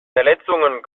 verletzungen